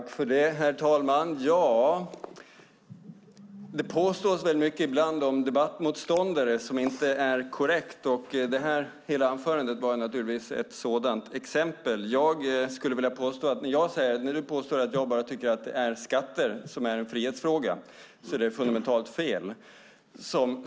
Herr talman! Det påstås ibland väl mycket som inte är korrekt om debattmotståndare, och hela det här anförandet var naturligtvis ett sådant exempel. När Peter Persson påstår att jag bara tycker att det är skatter som är en frihetsfråga är det fundamentalt fel.